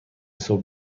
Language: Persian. صبح